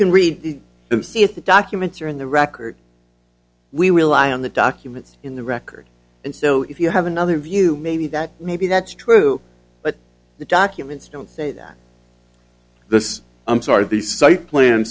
can read it and see if the documents are in the record we rely on the documents in the record and so if you have another view maybe that maybe that's true but the documents don't say that this i'm sorry the site plan